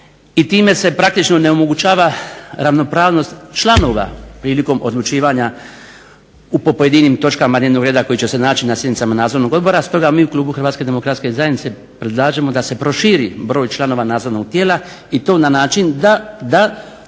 i time se praktično ne omogućava ravnopravnost članova prilikom odlučivanja po pojedinim točkama dnevnog reda koji će se naći na sjednicama Nadzornog odbora stoga mi u klubu HDZ-a predlažemo da se proširi broj članova nadzornog tijela i to na način da